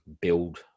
build